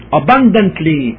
abundantly